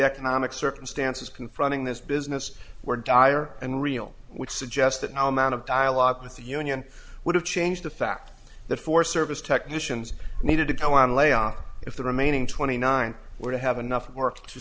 economic circumstances confronting this business were dire and real which suggests that no amount of dialogue with the union would have changed the fact that for service technicians needed to go on layoff if the remaining twenty nine were to have enough work to